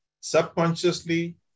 Subconsciously